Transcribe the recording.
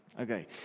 Okay